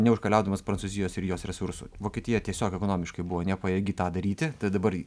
neužkaliaudamas prancūzijos ir jos resursų vokietija tiesiog ekonomiškai buvo nepajėgi tą daryti tai dabar